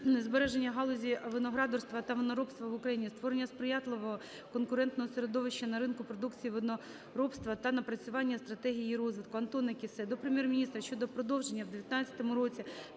збереження галузі виноградарства та виноробства в Україні, створення сприятливого конкурентного середовища на ринку продукції виноробства та напрацювання стратегії її розвитку. Антона Кіссе до Прем'єр-міністра щодо продовження у 2019 році